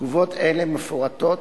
תגובות אלה מפורטות